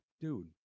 Dude